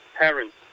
parents